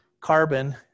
carbon